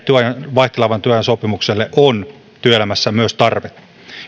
vaihtelevan työajan sopimuksille on työelämässä myös tarve